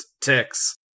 ticks